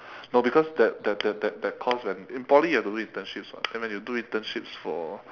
no because that that that that course when in poly you have to do internships [what] then when you do internships for